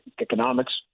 economics